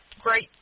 great